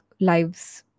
lives